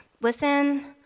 listen